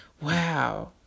wow